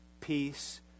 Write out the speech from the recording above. peace